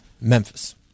Memphis